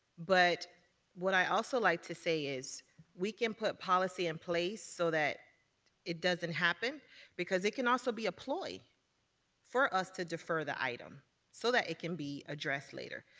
but what i'd also like to say is we can put policy in place so that it doesn't happen because it can also be a ploy for us to defer the item so that it can be addressed later,